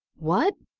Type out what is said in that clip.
what!